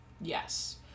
Yes